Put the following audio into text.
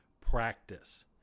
practice